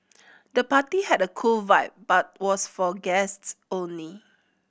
the party had a cool vibe but was for guests only